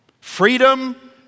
Freedom